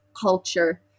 culture